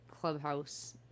clubhouse